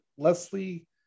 Leslie